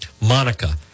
Monica